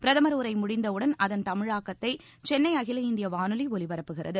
பிரதமர் உரை முடிந்தவுடன் அதன் தமிழாக்கத்தை சென்னை அகில இந்திய வானொலி ஒலிபரப்புகிறது